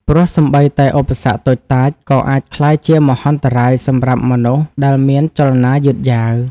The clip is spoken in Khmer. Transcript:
ព្រោះសូម្បីតែឧបសគ្គតូចតាច ក៏អាចក្លាយជាមហន្តរាយសម្រាប់មនុស្សដែលមានចលនាយឺតយ៉ាវ។